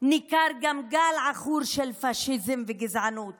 ניכר גם גל עכור של פשיזם וגזענות